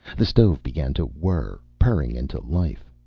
the stove began to whirr, purring into life.